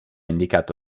indicato